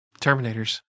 Terminators